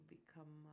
become